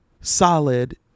solid